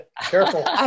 Careful